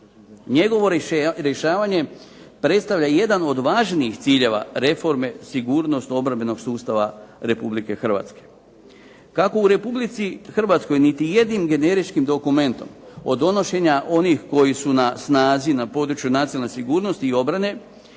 Njegovo rješavanje predstavlja jedan od važnih ciljeva reforme sigurnosno-obrambenog sustava Republike Hrvatske. Kako u Republici Hrvatskoj niti jednim generičkim dokumentom od donošenja onih koji su na snazi na području nacionalne sigurnosti i obrane,